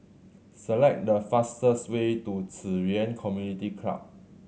select the fastest way to Ci Yuan Community Club